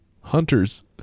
Hunters